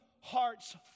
hearts